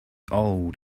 old